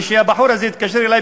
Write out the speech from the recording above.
כשהבחור הזה התקשר אלי,